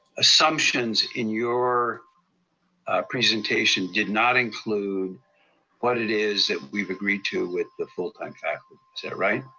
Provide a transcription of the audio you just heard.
assumptions in your presentation did not include what it is that we've agreed to with the full time faculty yeah right?